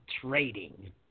trading